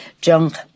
junk